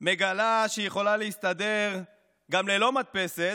מגלה שהיא יכולה להסתדר גם ללא מדפסת